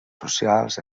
socials